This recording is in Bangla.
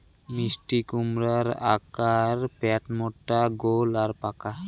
মিষ্টিকুমড়ার আকার প্যাটমোটা গোল আর পাকা